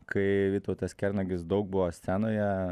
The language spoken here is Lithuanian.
kai vytautas kernagis daug buvo scenoje